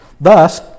Thus